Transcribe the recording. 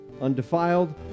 undefiled